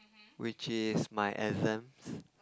which is my exams